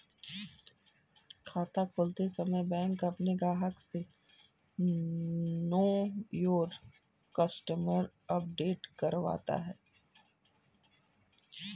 खाता खोलते समय बैंक अपने ग्राहक से नो योर कस्टमर अपडेट करवाता है